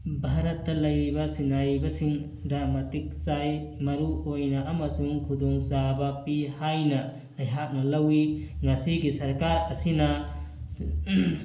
ꯚꯥꯔꯠꯇ ꯂꯩꯔꯤꯕ ꯁꯤꯟꯅꯥꯏꯔꯤꯕꯁꯤꯡꯗ ꯃꯇꯤꯛ ꯆꯥꯏ ꯃꯔꯨ ꯑꯣꯏꯅ ꯑꯃꯁꯨꯡ ꯈꯨꯗꯣꯡ ꯆꯥꯕ ꯄꯤ ꯍꯥꯏꯅ ꯑꯩꯍꯥꯛꯅ ꯂꯧꯋꯤ ꯉꯁꯤꯒꯤ ꯁꯔꯀꯥꯔ ꯑꯁꯤꯅ